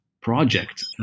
Project